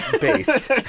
based